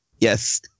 Yes